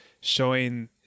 showing